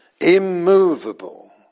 immovable